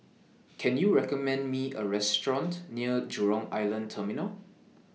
Can YOU recommend Me A Restaurant near Jurong Island Terminal